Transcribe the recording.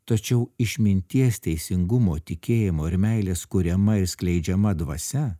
tačiau išminties teisingumo tikėjimo ir meilės kuriama ir skleidžiama dvasia